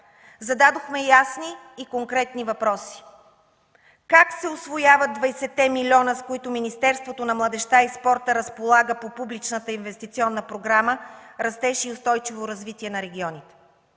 Зададохме ясни и конкретни въпроси: как се усвояват 20-те милиона, с които Министерството на младежта и спорта разполага по публичната инвестиционна програма „Растеж и устойчиво развитие на регионите”?